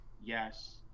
yes